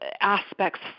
aspects